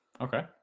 Okay